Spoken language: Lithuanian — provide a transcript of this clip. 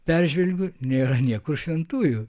peržvelgiu nėra niekur šventųjų